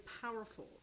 powerful